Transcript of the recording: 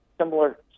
similar